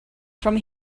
from